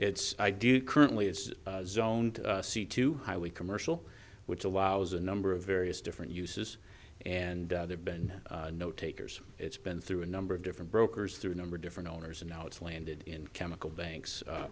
it's i do currently is zoned c two highly commercial which allows a number of various different uses and there's been no takers it's been through a number of different brokers through a number of different owners and now it's landed in chemical banks a